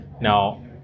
now